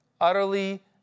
utterly